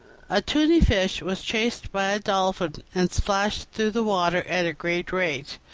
a tunny-fish was chased by a dolphin and splashed through the water at a great rate,